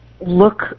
look